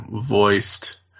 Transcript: voiced